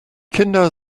kinder